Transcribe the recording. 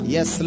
Yes